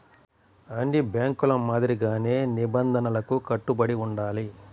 అన్ని బ్యేంకుల మాదిరిగానే నిబంధనలకు కట్టుబడి ఉండాలి